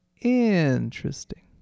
interesting